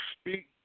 speak